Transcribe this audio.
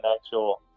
actual